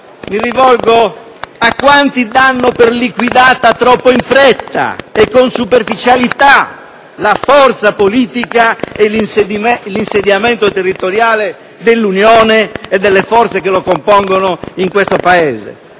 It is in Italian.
Mi rivolgo a quanti danno per liquidata troppo in fretta e con superficialità la forza politica e l'insediamento territoriale dell'Unione e delle forze che la compongono in questo Paese.